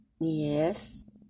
Yes